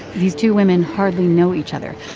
these two women hardly know each other.